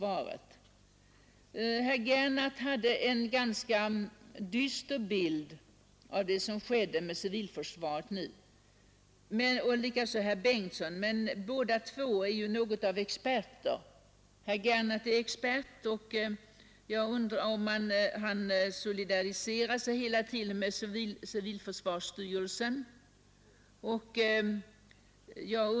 Herr Gernandt och herr Karl Bengtsson i Varberg tecknade en ganska dyster bild av det som nu skedde med civilförsvaret, men båda är ju något av experter. Herr Gernandt solidariserar sig hela tiden med civilförsvarsstyrelsen.